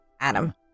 Adam